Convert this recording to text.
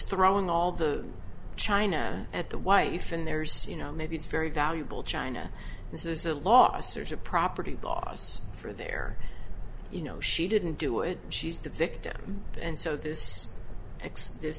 throwing all the china at the wife and there's you know maybe it's very valuable china this is a loss or property loss for their you know she didn't do it she's the victim and so th